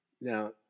now